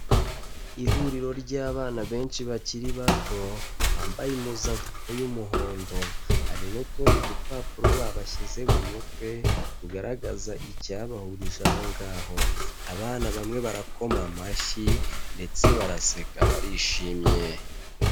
Ihuriro ry'abana benshi bakiri bato bambaye impuzakano y'umuhondo. Hari n'utundi dupapuro babashyize mu mutwe tugaragaza icyabahurije aho ngaho. Abana bamwe barakoma amashyi ndetse baraseka barishimye.